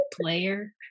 player